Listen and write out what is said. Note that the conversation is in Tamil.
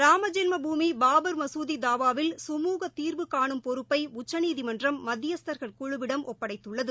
ராமஜென்ம பூமி பாபர் மசூதி தாவாவில் கமுகத் தீர்வு காணும் பொறுப்பை உச்சநீதிமன்றம் மத்தியஸ்தர்கள் குழுவிடம் ஒப்படைத்துள்ளது